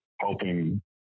helping